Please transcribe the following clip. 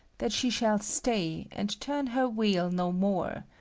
that she shall stay, and turn her wheel no more,